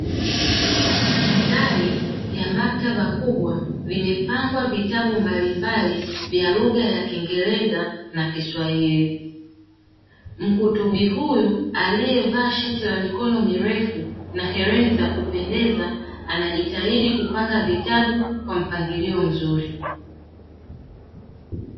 Ndani ya maktaba kubwa, vimepangwa vitabu mbalimbali vya lugha ya kingereza na kiswahili. Mkutubi huyu aliyevaa shati la mikono mirefu na hereni za kupendeza anajitahidi kupanga vitabu kwa mpangilio mzuri.